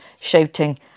shouting